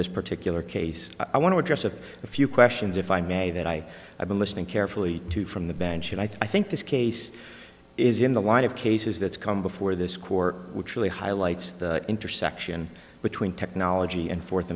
this particular case i want to address of a few questions if i may that i have been listening carefully to from the bench and i think this case is in the light of cases that's come before this court which really highlights the intersection between technology and fourth